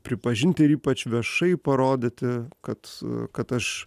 pripažinti ir ypač viešai parodyti kad kad aš